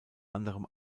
anderem